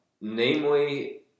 Namely